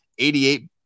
88